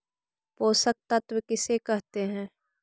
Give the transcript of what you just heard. पोषक तत्त्व किसे कहते हैं?